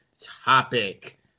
Topic